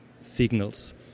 signals